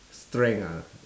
strength ah